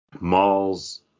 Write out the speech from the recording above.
malls